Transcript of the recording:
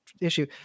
issue